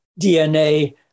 DNA